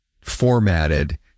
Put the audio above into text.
formatted